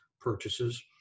purchases